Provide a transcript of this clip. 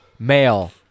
male